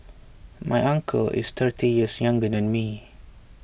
my uncle is thirty years younger than me